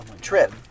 trip